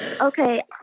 Okay